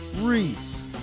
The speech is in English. Reese